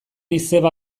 izeba